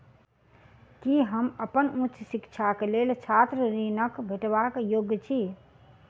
की हम अप्पन उच्च शिक्षाक लेल छात्र ऋणक भेटबाक योग्य छी?